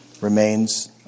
remains